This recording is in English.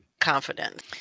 confidence